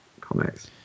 comics